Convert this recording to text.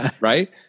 Right